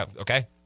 Okay